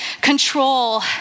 control